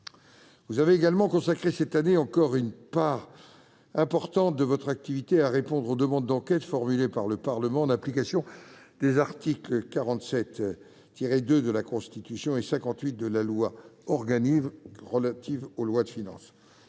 Vous avez également consacré, cette année encore, une part importante de votre activité à répondre aux demandes d'enquêtes formulées par le Parlement en application des articles 47-2 de la Constitution et 58 de la loi organique relative aux lois de finances.